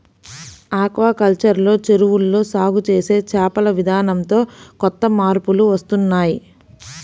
aquaculture లో చెరువుల్లో సాగు చేసే చేపల విధానంతో కొత్త మార్పులు వస్తున్నాయ్